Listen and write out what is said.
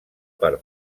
per